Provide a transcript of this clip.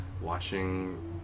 watching